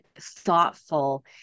thoughtful